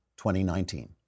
2019